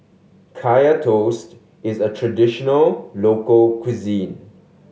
Kaya Toast is a traditional local cuisine